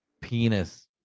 penis